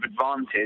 advantage